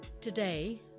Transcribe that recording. Today